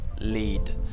lead